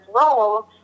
role